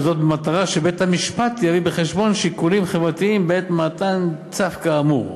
וזאת במטרה שבית-המשפט יביא בחשבון שיקולים חברתיים בעת מתן צו כאמור.